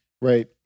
right